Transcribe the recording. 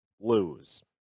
lose